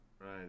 right